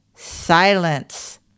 Silence